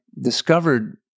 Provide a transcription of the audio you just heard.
discovered